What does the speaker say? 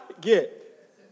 get